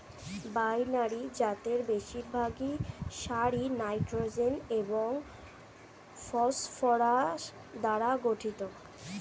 binary জাতের বেশিরভাগ সারই নাইট্রোজেন এবং ফসফরাস দ্বারা গঠিত